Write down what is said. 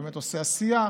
שאתה עושה עשייה,